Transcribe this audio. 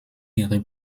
ihre